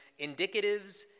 indicatives